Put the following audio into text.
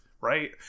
right